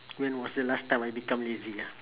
when was the last time I become lazy ah